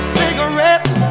cigarettes